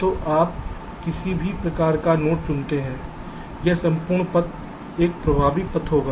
तो आप किसी भी प्रकार का नोड चुनते हैं यह संपूर्ण पथ एक प्रभावी पथ होगा